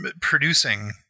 producing